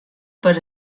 per